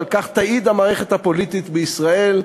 ועל כך תעיד המערכת הפוליטית בישראל".